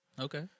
Okay